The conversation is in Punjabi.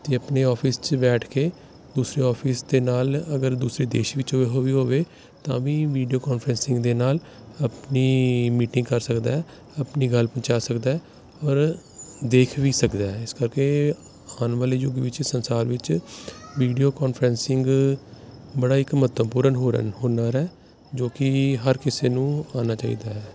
ਅਤੇ ਆਪਣੇ ਆਫਿਸ 'ਚ ਬੈਠ ਕੇ ਦੂਸਰੇ ਆਫਿਸ ਦੇ ਨਾਲ ਅਗਰ ਦੂਸਰੇ ਦੇਸ਼ ਵਿੱਚ ਵੀ ਹੋਵੇ ਤਾਂ ਵੀ ਵੀਡੀਓ ਕਾਨਫਰਸਿੰਗ ਦੇ ਨਾਲ ਆਪਣੀ ਮੀਟਿੰਗ ਕਰ ਸਕਦਾ ਆਪਣੀ ਗੱਲ ਪਹੁੰਚਾ ਸਕਦਾ ਔਰ ਦੇਖ ਵੀ ਸਕਦਾ ਹੈ ਇਸ ਕਰਕੇ ਆਉਣ ਵਾਲੇ ਯੁਗ ਵਿੱਚ ਸੰਸਾਰ ਵਿੱਚ ਵੀਡੀਓ ਕਾਨਫਰਸਿੰਗ ਬੜਾ ਇੱਕ ਮਹੱਤਵਪੂਰਨ ਹੋਰਨ ਹੁਨਰ ਹੈ ਜੋ ਕਿ ਹਰ ਕਿਸੇ ਨੂੰ ਆਉਣਾ ਚਾਹੀਦਾ ਹੈ